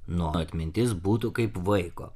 nu atmintis būtų kaip vaiko